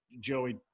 Joey